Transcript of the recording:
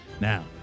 Now